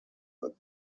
that